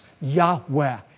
Yahweh